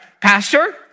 pastor